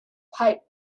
pipe